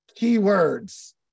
Keywords